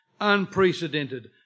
unprecedented